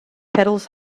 petals